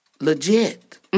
legit